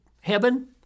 heaven